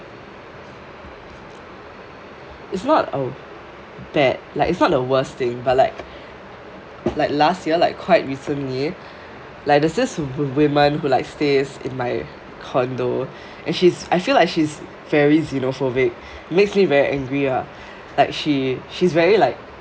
it's not a bad like is not the worst thing but like like last year like quite recently like there this wo~ woman who like stays in my condo and she is I feel like she is very xenophobic makes very angry ah like she she is very like